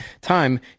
time